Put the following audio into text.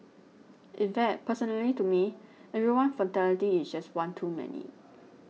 in fact personally to me every one fatality is just one too many